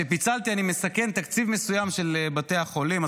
כשפיצלתי, אני מסכן תקציב מסוים של בתי החולים.